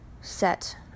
set